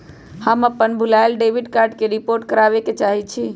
हम अपन भूलायल डेबिट कार्ड के रिपोर्ट करावे के चाहई छी